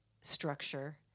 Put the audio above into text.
structure